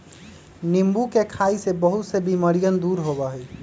नींबू के खाई से बहुत से बीमारियन दूर होबा हई